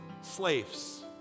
slaves